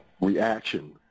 reaction